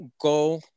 go